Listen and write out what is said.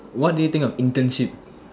what do you think of internship